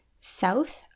south